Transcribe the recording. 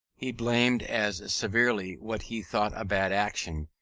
he blamed as severely what he thought a bad action,